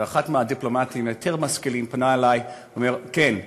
ואחד מהדיפלומטים היותר משכילים פנה אלי ואמר: כן,